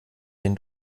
den